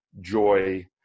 joy